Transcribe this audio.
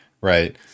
Right